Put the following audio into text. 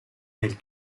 nel